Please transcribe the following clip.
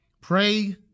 Pray